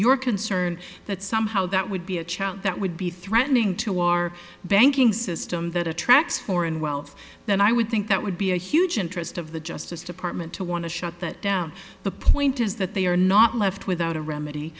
your concern that somehow that would be a challenge that would be threatening to our banking system that attracts foreign wealth then i would think that would be a huge interest of the justice department to want to shut that down the point is that they are not left without a remedy